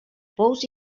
pous